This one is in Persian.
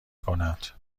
کند